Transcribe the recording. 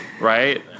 right